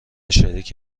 شریک